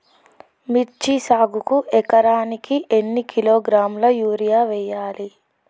మిర్చి సాగుకు ఎకరానికి ఎన్ని కిలోగ్రాముల యూరియా వేయాలి?